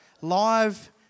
Live